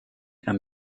and